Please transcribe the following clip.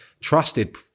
trusted